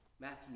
Matthew